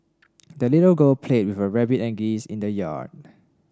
the little girl played with her rabbit and geese in the yard